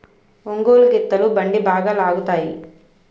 ఒంగోలు గిత్తలు బండి బాగా లాగుతాయి